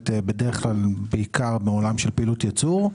בדרך כלל בעיקר בעולם של פעילות ייצור,